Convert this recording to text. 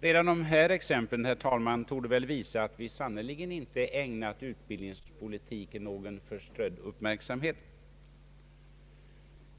Redan dessa exempel, herr talman, torde väl visa att vi sannerligen inte ägnat utbildningspolitiken någon förströdd uppmärksamhet.